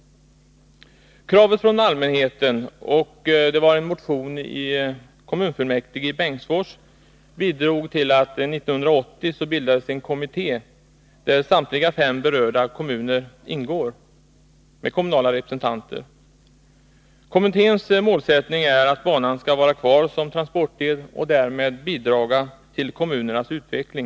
Kraven från allmänheten och en motion i kommunfullmäktige i Bengtsfors bidrog till att det 1980 bildades en kommitté, där samtliga fem berörda kommuner ingår med kommunala representanter. Kommitténs målsättning är att banan skall vara kvar som transportled och därmed bidra till kommunernas utveckling.